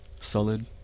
solid